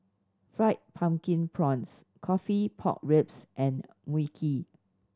Fried Pumpkin Prawns coffee pork ribs and Mui Kee